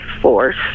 force